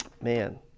Man